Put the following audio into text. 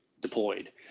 Deployed